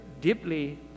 deeply